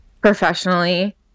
professionally